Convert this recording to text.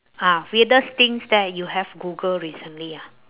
ah weirdest things that you have google recently ah